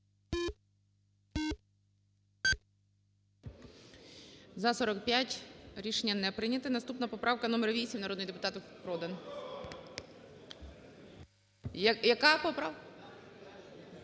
За-45 Рішення не прийнято. Наступна поправка номер 8, народний депутат Продан. Яка поправка?